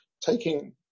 taking